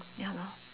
ya lor